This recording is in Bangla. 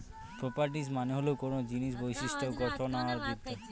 প্রর্পাটিস মানে হল কোনো জিনিসের বিশিষ্ট্য গঠন আর বিদ্যা